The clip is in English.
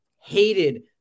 hated